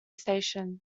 station